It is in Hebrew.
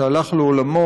שהלך לעולמו